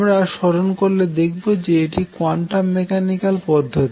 আমরা স্মরন করলে দেখব যে এটি কোয়ান্টাম মেকানিক্যাল পদ্ধতি